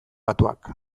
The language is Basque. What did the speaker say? datuak